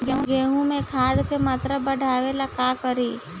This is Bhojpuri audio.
गेहूं में खाद के मात्रा बढ़ावेला का करी?